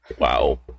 Wow